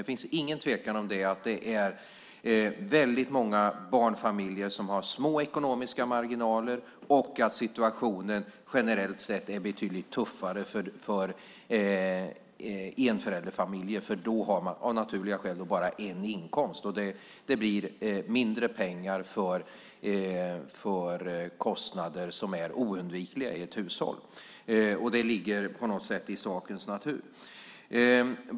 Det är ingen tvekan om att många barnfamiljer har små ekonomiska marginaler och att situationen generellt sett är betydligt tuffare för enföräldersfamiljer eftersom de, av naturliga skäl, endast har en inkomst. Det blir mindre pengar till sådana kostnader som är oundvikliga i ett hushåll.